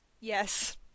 Yes